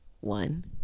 one